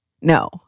No